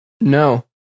No